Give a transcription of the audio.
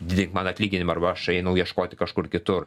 didink man atlyginimą arba aš einu ieškoti kažkur kitur